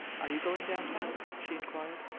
are you going down-town? she inquired.